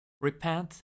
Repent